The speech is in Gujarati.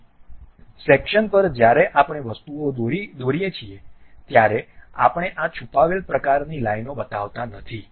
તેથી સેક્શન પર જ્યારે આપણે વસ્તુઓ દોરીએ છીએ ત્યારે અમે આ છુપાવેલ પ્રકારની લાઈનો બતાવતા નથી